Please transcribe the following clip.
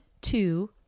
two